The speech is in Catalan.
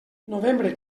novembre